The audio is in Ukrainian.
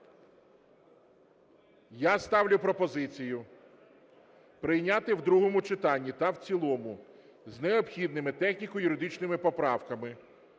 Я ставлю пропозицію прийняти в другому читанні та в цілому з необхідними техніко-юридичними поправками